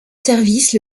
service